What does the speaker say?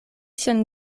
sian